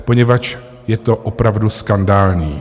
Poněvadž je to opravdu skandální.